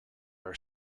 are